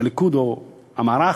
הליכוד או המערך,